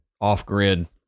off-grid